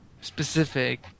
specific